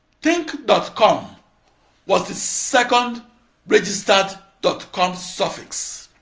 think dot com was the second registered dot com suffix.